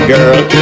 Girl